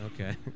Okay